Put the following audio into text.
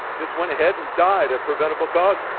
just went ahead and died of preventable causes.